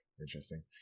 interesting